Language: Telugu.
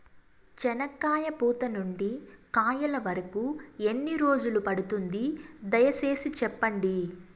చెనక్కాయ పూత నుండి కాయల వరకు ఎన్ని రోజులు పడుతుంది? దయ సేసి చెప్పండి?